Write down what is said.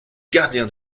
gardien